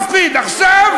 לא מפחיד עכשיו.